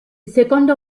secondo